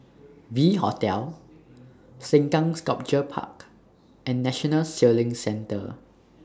V Hotel Sengkang Sculpture Park and National Sailing Centre